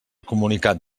comunicant